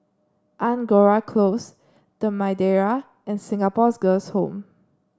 Angora Close The Madeira and Singapore's Girls' Home